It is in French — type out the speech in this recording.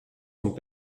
ont